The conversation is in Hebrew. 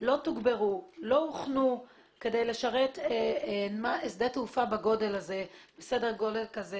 לא תוגברו ולא הוכנו כדי לשרת שדה תעופה בסדר גודל כזה.